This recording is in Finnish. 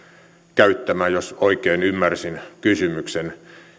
käyttämään jos oikein ymmärsin kysymyksen